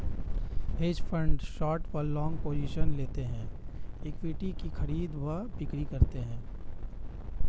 hedge fund short व long positions लेते हैं, इक्विटीज की खरीद व बिक्री करते हैं